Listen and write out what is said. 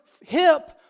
hip